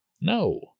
no